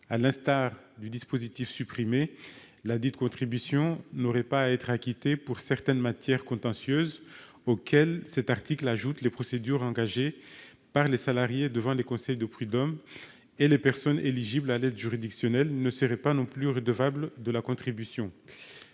À l'instar du dispositif supprimé, ladite contribution n'aurait pas à être acquittée pour certaines matières contentieuses, auxquelles cet article ajoute les procédures engagées par les salariés devant les conseils de prud'hommes. Les personnes éligibles à l'aide juridictionnelle ne seraient pas non plus redevables de la contribution.